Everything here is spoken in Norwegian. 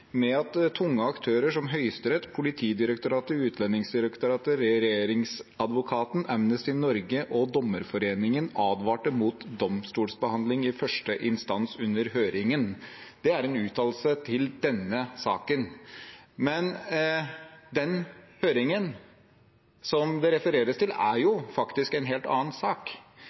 med at tunge aktører som Høyesterett, Politidirektoratet, Utlendingsdirektoratet, Regjeringsadvokaten, Amnesty Norge og Dommerforeningen advarte mot domstolsbehandling i første instans under høringen. Det er en uttalelse til denne saken. Men den høringen det refereres til, gjelder faktisk en helt annen sak.